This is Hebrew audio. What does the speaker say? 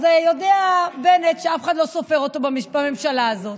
אז יודע בנט שאף אחד לא סופר אותו בממשלה הזאת.